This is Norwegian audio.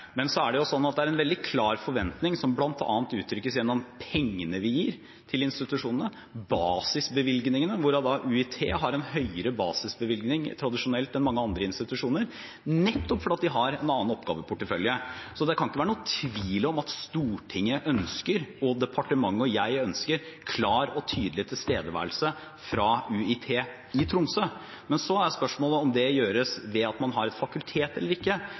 Men det er en veldig klar forventning som bl.a. uttrykkes gjennom pengene vi gir til institusjonene, basisbevilgningene, hvor UiT tradisjonelt har en høyere basisbevilgning enn mange andre institusjoner nettopp fordi de har en annen oppgaveportefølje. Så det kan ikke være noen tvil om at Stortinget, og departementet og jeg, ønsker en klar og tydelig tilstedeværelse fra UiT i Finnmark. Men så er spørsmålet om det gjøres ved at man har et fakultet eller ikke.